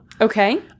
Okay